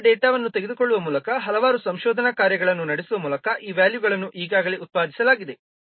ವಿಭಿನ್ನವಾದ ಡೇಟಾವನ್ನು ತೆಗೆದುಕೊಳ್ಳುವ ಮೂಲಕ ಹಲವಾರು ಸಂಶೋಧನಾ ಕಾರ್ಯಗಳನ್ನು ನಡೆಸುವ ಮೂಲಕ ಈ ವ್ಯಾಲ್ಯೂಗಳನ್ನು ಈಗಾಗಲೇ ಉತ್ಪಾದಿಸಲಾಗಿದೆ